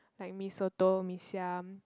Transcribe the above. like Mee-Soto Mee-Siam